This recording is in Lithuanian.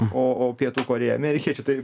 o o pietų korėja amerikiečių tai